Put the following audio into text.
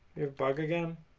a bargain.